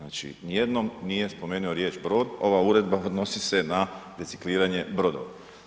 Dakle nijednom nije spomenu riječ brod, ova uredba odnosi se na recikliranje brodova.